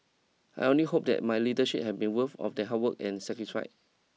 I only hope that my leadership had been worth of their hard work and sacrifice